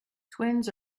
twins